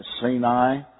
Sinai